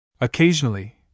Occasionally